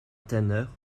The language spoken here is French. tanneur